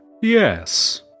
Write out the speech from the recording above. Yes